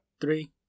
three